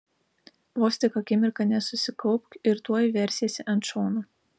vos tik akimirką nesusikaupk ir tuoj versiesi ant šono